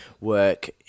work